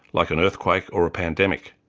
like an earthquake or a pandemic.